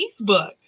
Facebook